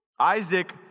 Isaac